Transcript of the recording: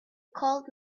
called